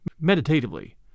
meditatively